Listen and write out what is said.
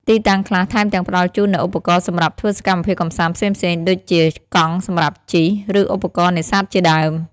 ទីតាំងខ្លះថែមទាំងផ្តល់ជូននូវឧបករណ៍សម្រាប់ធ្វើសកម្មភាពកម្សាន្តផ្សេងៗ ដូចជាកង់សម្រាប់ជិះ ឬឧបករណ៍នេសាទជាដើម។